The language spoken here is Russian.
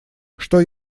что